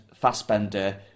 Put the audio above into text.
Fassbender